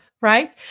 right